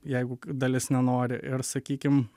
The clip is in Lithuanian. jeigu dalis nenori ir sakykim